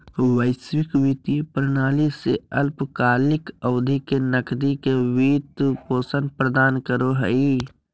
वैश्विक वित्तीय प्रणाली ले अल्पकालिक अवधि के नकदी के वित्त पोषण प्रदान करो हइ